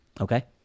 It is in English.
okay